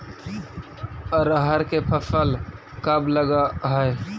अरहर के फसल कब लग है?